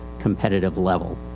competitive level.